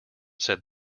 said